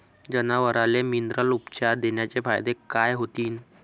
जनावराले मिनरल उपचार देण्याचे फायदे काय होतीन?